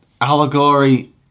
allegory